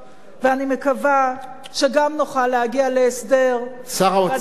ואני מקווה שגם נוכל להגיע להסדר, שר האוצר.